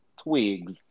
twigs